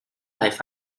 lại